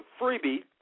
freebie